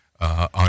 on